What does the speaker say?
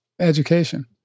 education